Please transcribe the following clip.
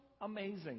amazing